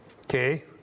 Okay